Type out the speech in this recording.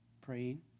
praying